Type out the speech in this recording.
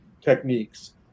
techniques